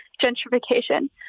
gentrification